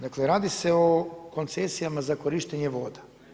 Dakle radi se o koncesijama za korištenje voda.